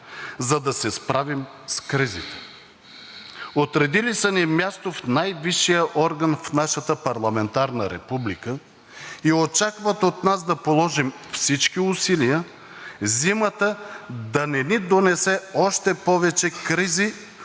за да се справим с кризите, отредили са ни място в най-висшия орган в нашата парламентарна република и очакват от нас да положим всички усилия зимата да не ни донесе още повече кризи